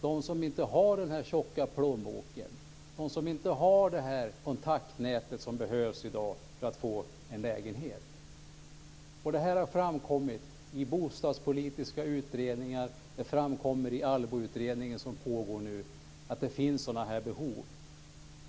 De som inte har den tjocka plånboken. De som inte har det kontaktnät som behövs i dag för att få en lägenhet. Det här har framkommit i bostadspolitiska utredningar. Det framkommer i ALLBO-kommitténs utredning, som pågår nu, att det finns sådana här behov.